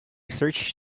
search